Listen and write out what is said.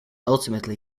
ultimately